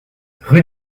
rue